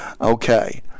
Okay